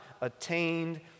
attained